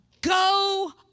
go